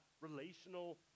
relational